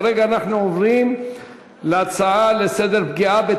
כרגע אנחנו עוברים להצעה לסדר-היום של כמה